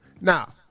Now